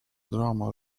drama